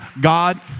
God